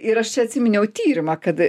ir aš čia atsiminiau tyrimą kad